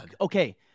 okay